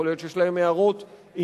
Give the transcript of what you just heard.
יכול להיות שיש להם הערות ענייניות.